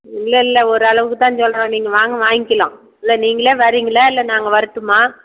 இல்லயில்ல ஒரு அளவுக்கு தான் சொல்கிறோம் நீங்கள் வாங்க வாங்கிக்கலாம் இல்லை நீங்களே வரீங்களா இல்லை நான் அங்கே வரட்டுமா